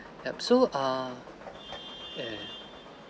yup so err